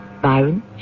Byron